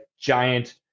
giant